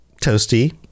Toasty